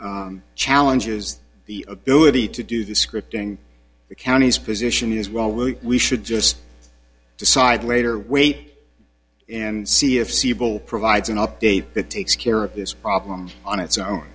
challenges the ability to do the scripting the counties position as well will we should just decide later wait and see if siebel provides an update that takes care of this problem on its own